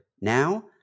now